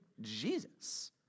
Jesus